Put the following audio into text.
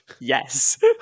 yes